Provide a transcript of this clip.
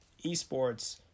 esports